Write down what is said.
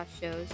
shows